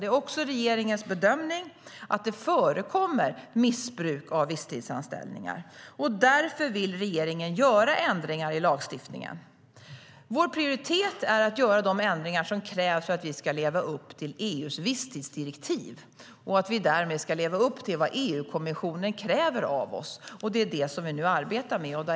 Det är också regeringens bedömning att det förekommer missbruk av visstidsanställningar. Därför vill regeringen göra ändringar i lagstiftningen. Vår prioritet är att göra de ändringar som krävs för att vi ska leva upp till EU:s visstidsdirektiv och att vi därmed ska leva upp till vad EU-kommissionen kräver av oss. Det är vad vi nu arbetar med.